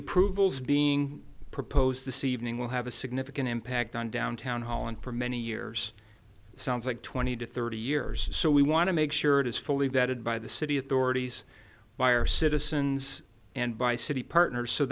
approvals being proposed this evening will have a significant impact on downtown holland for many years sounds like twenty to thirty years so we want to make sure it is fully vetted by the city authorities why are citizens and by city partners so